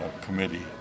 committee